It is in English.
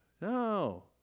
No